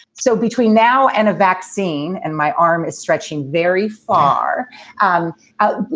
so between now and a vaccine and my arm is stretching very far um out.